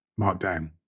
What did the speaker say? markdown